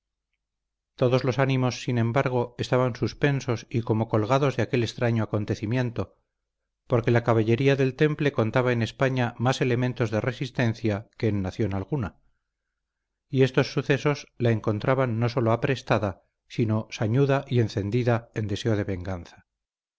todos los ánimos sin embargo estaban suspensos y como colgados de aquel extraño acontecimiento porque la caballería del temple contaba en españa más elementos de resistencia que en nación alguna y estos sucesos la encontraban no sólo aprestada sino sañuda y encendida en deseo de venganza